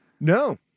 No